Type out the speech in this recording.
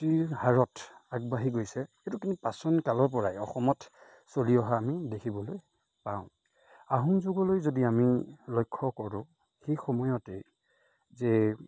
হাৰত আগবাঢ়ি গৈছে সেইটো কিন্তু প্ৰাচীন কালৰ পৰাই অসমত চলি অহা আমি দেখিবলৈ পাওঁ আহোম যুগলৈ যদি আমি লক্ষ্য কৰোঁ সেই সময়তে যে